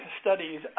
studies